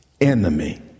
enemy